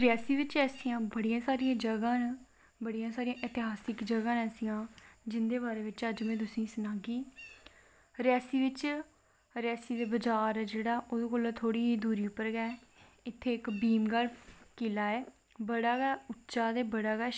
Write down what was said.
घूमना ते सारें गी बड़ा शैल लगदा ऐ मिगी बी शैल लगदा ऐ जियां हून में कालेज पढ़नी आं ते जिसले बी कोई प्रोजैक्ट आंदा ऐ ते बाह्र टूर लांदे न थोह्ड़ा पढ़ाई करने दे बारे च चीजां आंदियां जियां इतिहास दे बारे च आंदियां ऐग्रीकलचर दे बारे च होंदियां ते